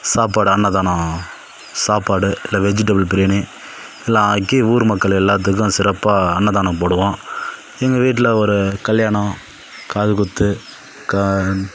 சாப்பாடு அன்னதானம் சாப்பாடு இல்லை வெஜிடேபிள் பிரியாணி நல்லா ஆக்கி ஊர் மக்கள் எல்லாத்துக்கும் சிறப்பாக அன்னதானம் போடுவோம் எங்கள் வீட்டில் ஒரு கல்யாணம் காதுகுத்து